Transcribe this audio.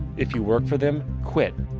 if you work for them, quit.